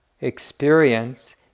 experience